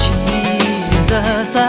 Jesus